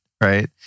right